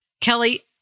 Kelly